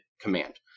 command